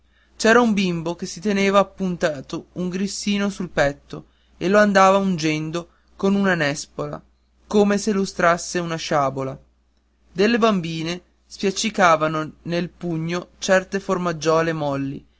c'era un bimbo che si teneva appuntato un grissino sul petto e lo andava ungendo con una nespola come se lustrasse una sciabola delle bambine spiaccicavano nel pugno delle formaggiole molli